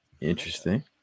Interesting